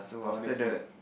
oh that's good